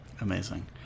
Amazing